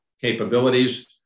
capabilities